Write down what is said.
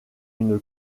une